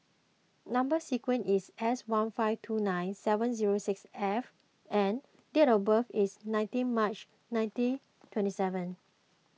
Number Sequence is S one five two nine seven zero six F and date of birth is nineteen March nineteen twenty seven